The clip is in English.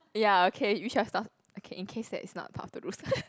ya okay we shall stop okay in case that it's not part of the rules